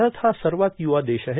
भारत हा सर्वात यूवा देश आहे